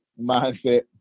mindset